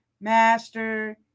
master